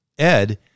Ed